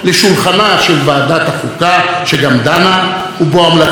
ובו המלצות אשר יאפשרו לכל הקולות להישמע במערכת